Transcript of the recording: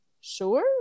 Sure